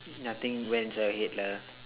nothing went inside your head lah